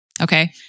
Okay